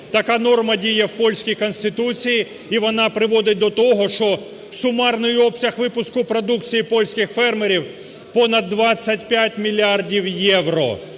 Така норма діє в польській конституції, і вона приводить до того, що сумарний обсяг випуску продукції польських фермерів – понад 25 мільярдів євро.